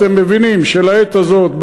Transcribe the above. אתם מבינים שלעת הזאת,